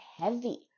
heavy